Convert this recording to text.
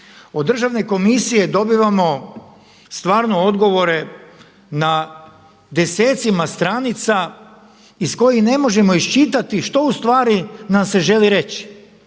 Od Državne komisije dobivamo stvarno odgovore na desecima stranica iz kojih ne možemo iščitati što ustvari nam se želi reći,